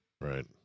Right